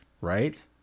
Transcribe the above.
right